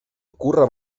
ocurra